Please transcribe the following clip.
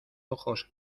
ojos